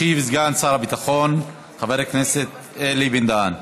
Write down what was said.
ישיב סגן שר הביטחון חבר הכנסת אלי בן-דהן.